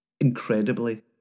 Incredibly